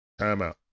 Timeout